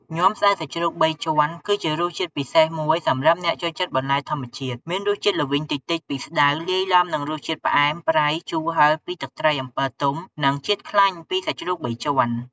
ញាំស្តៅសាច់ជ្រូកបីជាន់ គឺជារសជាតិពិសេសមួយសម្រាប់អ្នកចូលចិត្តបន្លែធម្មជាតិ មានរសជាតិល្វីងតិចៗពីស្តៅ លាយឡំនឹងរសជាតិផ្អែម ប្រៃ ជូរ ហិរ ពីទឹកត្រីអំពិលទុំ និងជាតិខ្លាញ់ពីសាច់ជ្រូកបីជាន់។